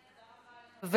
תודה רבה לחבר